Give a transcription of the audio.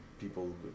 people